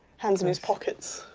hands in his pockets.